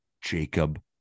Jacob